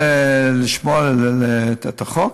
לא לשמור את החוק,